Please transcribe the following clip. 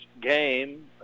game